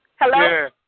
Hello